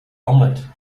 omelette